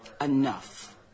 Enough